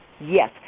yes